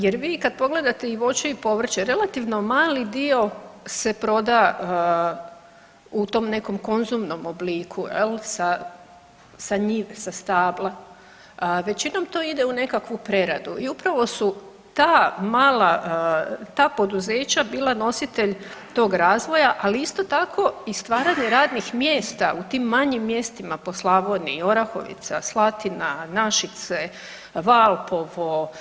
Jer vi kad pogledate i voće i povrće relativno mali dio se proda u tom nekom konzumnom obliku jel sa, sa njive, sa stabla, većinom to ide u nekakvu preradu i upravo su ta mala, ta poduzeća bila nositelj tog razvoja, ali isto tako i stvaranje radnih mjesta u tim manjim mjestima po Slavoniji, Orahovica, Slatina, Našice, Valpovo.